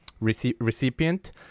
recipient